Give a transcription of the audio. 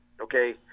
Okay